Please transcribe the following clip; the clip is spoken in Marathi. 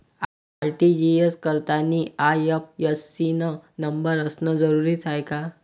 आर.टी.जी.एस करतांनी आय.एफ.एस.सी न नंबर असनं जरुरीच हाय का?